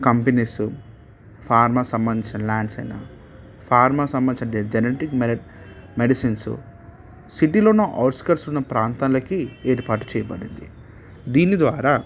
companies pharma సంబంధించిన lands అయినా pharma సంబంధించిన జెనటిక్ మెరిట్ మెడిసిన్స్ సిటీలో ఉన్న అవుట్ స్కర్ట్స్ ఉన్న ప్రాంతాలకి ఏర్పాటు చేయబడ్డది దీని ద్వారా